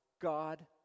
God